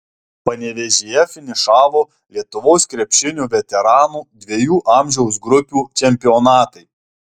panevėžyje finišavo lietuvos krepšinio veteranų dviejų amžiaus grupių čempionatai